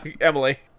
Emily